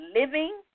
living